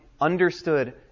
understood